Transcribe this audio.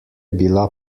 bila